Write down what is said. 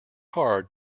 hard